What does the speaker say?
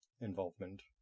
involvement